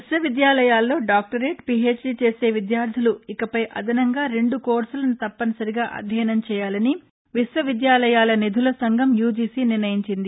విశ్వ విద్యాలయాల్లో doctorate PhD చేసే విద్యార్థులు ఇకపై అదనంగా రెండు కోర్సులను తప్పనిసరిగా అధ్యయనం చేయాలని విశ్వవిద్యాలయాల నిధుల సంఘం యుజిసి నిర్ణయించింది